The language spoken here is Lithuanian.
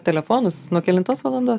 telefonus nuo kelintos valandos